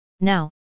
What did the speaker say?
Now